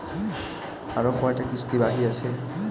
আরো কয়টা কিস্তি বাকি আছে?